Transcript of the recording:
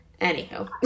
Anyhow